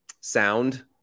sound